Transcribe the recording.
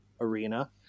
arena